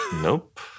Nope